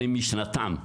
למשנתם,